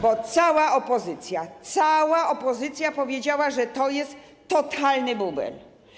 Bo cała opozycja, cała opozycja powiedziała, że to jest totalny bubel.